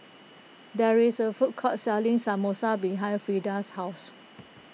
there is a food court selling Samosa behind Freda's house